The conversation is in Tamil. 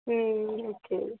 ம் ஓகே